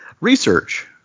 research